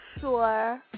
sure